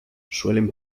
suelen